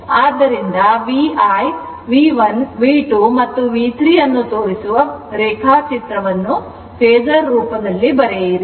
ಆದ್ದರಿಂದ V I V1 V2 ಮತ್ತು V3 ಅನ್ನು ತೋರಿಸುವ ಫೇಸರ್ ರೇಖಾಚಿತ್ರವನ್ನು ಬರೆಯಿರಿ